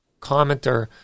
commenter